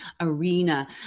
arena